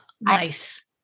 Nice